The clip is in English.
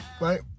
right